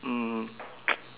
mm